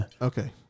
Okay